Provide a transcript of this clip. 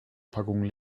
packung